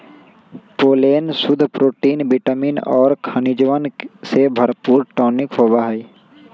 pollen शुद्ध protein vitamin और खनिजवन से भरपूर टॉनिक होबा हई